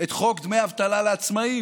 את חוק דמי אבטלה לעצמאים.